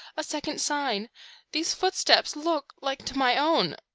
a second sign these footsteps, look like to my own,